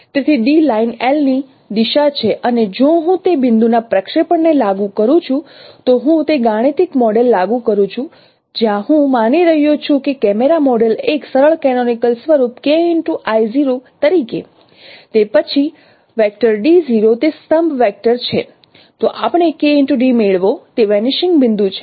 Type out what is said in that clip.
તેથી d line L ની દિશા છે અને જો હું તે બિંદુ ના પ્રક્ષેપણને લાગુ કરું છું તો હું તે ગાણિતિક મોડેલ લાગુ કરું છું જ્યાં હું માની રહ્યો છું કે કેમેરા મોડેલ એક સરળ કેનોનિકલ સ્વરૂપ તરીકે તે પછી તે સ્તંભ વેક્ટર છે તો આપણે Kd મેળવો તે વેનીશિંગ બિંદુ છે